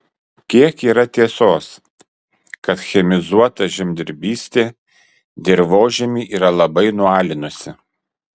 kiek yra tiesos kad chemizuota žemdirbystė dirvožemį yra labai nualinusi